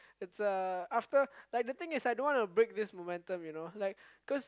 it's a after like the thing is I don't wanna break this momentum you know like cause